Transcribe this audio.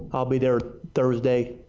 ah be there thursday.